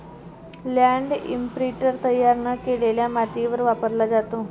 land imprinter तयार न केलेल्या मातीवर वापरला जातो